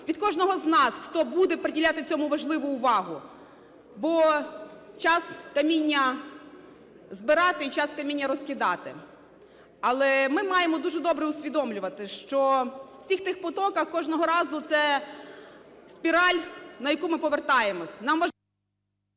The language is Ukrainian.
від кожного з нас, хто буде приділяти цьому важливу увагу. Бо час каміння збирати і час каміння розкидати. Але ми маємо дуже добре усвідомлювати, що у всіх тих потоках кожного разу – це спіраль, на яку ми повертаємось.